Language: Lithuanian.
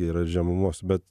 yra ir žemumos bet